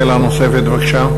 שאלה נוספת, בבקשה.